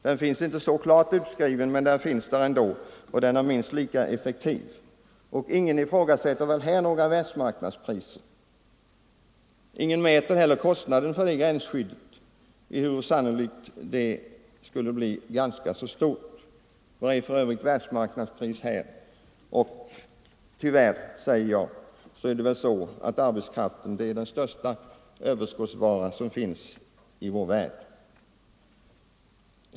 Den är inte så klart utskriven men finns där ändå och den är minst lika effektiv. Ingen ifrågasätter här några världsmarknadspriser, ingen mäter heller kostnaden för gränsskyddet ehuru den sannolikt skulle bli ganska stor. Vad är för övrigt världsmarknadspris här? Tyvärr, säger jag, är arbetskraften den största överskottsvara som finns i vår värld.